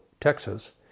Texas